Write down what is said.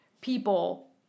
people